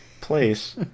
place